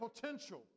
potential